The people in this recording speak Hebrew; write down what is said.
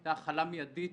זו החלה מיידית,